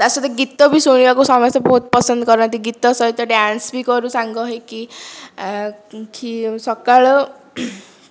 ତା' ସହିତ ଗୀତ ବି ଶୁଣିବାକୁ ସମସ୍ତେ ବହୁତ ପସନ୍ଦ କରନ୍ତି ଗୀତ ସହିତ ଡାନ୍ସ ବି କରୁ ସାଙ୍ଗ ହୋଇକି କି ସକାଳ